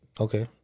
okay